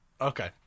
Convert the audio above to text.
Okay